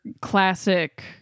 classic